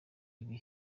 ibi